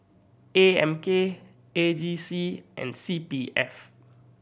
A M K A G C and C P F